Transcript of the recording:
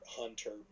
hunter